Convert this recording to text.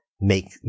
make